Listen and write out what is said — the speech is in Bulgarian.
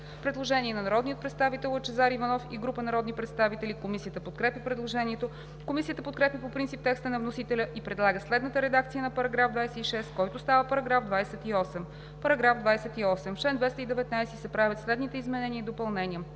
предложение на народния представител Лъчезар Иванов и група народни представители. Комисията подкрепя предложението. Комисията подкрепя по принцип текста на вносителя и предлага следната редакция на § 26, който става § 28: „§ 28. В чл. 219 се правят следните изменения и допълнения: